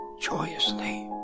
joyously